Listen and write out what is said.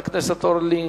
רבותי,